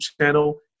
channel